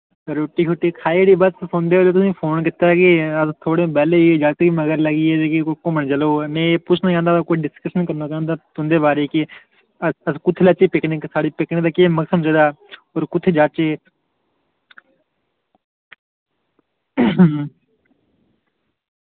रुट्टी खाई ओड़ी ते बस सौंदे मौके तुसेंगी फोन कीता कि थोह्ड़े बेल्लै ते जागत् बी मगर लग्गी दे की घुम्मन चलो ते में एह् पुच्छना चाहंदा कोई डिस्कशन करना चाहंदा तुंदे बारै ई कि कुत्थै लेचै पिकनिक साढ़ी पिकनिक दा केह् मौसम जेह्ड़ा होर कुत्थै जाह्चै